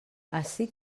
ací